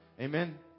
Amen